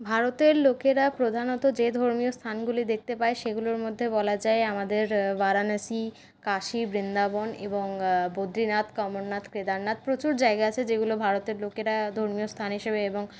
ভারতের লোকেরা প্রধানত যে ধরনের স্থানগুলি দেখতে পায় সেগুলোর মধ্যে বলা যায় আমাদের বারাণসী কাশী বৃন্দাবন এবং বদ্রীনাথ অমরনাথ কেদারনাথ প্রচুর জায়গা আছে যেগুলো ভারতের লোকেরা ধর্মীয় স্থান হিসাবে এবং